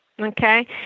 Okay